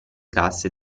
casse